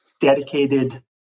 dedicated